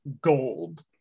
gold